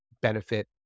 benefit